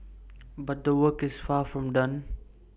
but the work is far from done